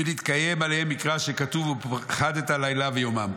ונתקיים עליהם מקרא שכתוב: 'ופחדת לילה ויומם'.